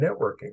Networking